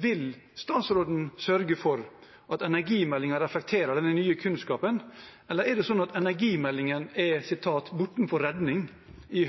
vil statsråden sørge for at energimeldingen reflekterer denne nye kunnskapen, eller er det sånn at energimeldingen er «bortenfor redning», i